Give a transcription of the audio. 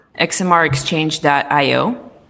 XMRExchange.io